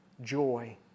joy